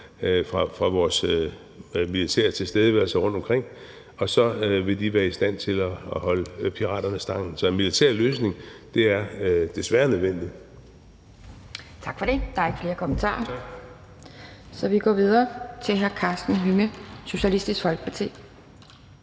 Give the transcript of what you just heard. fra vores militære tilstedeværelse rundtomkring, og så vil de være i stand til at holde piraterne stangen. Så en militær løsning er desværre nødvendig. Kl. 10:32 Anden næstformand (Pia Kjærsgaard): Tak for det. Der er ikke flere korte bemærkninger, så vi går videre til hr. Karsten Hønge, Socialistisk Folkeparti.